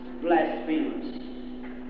blasphemers